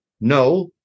No